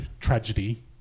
tragedy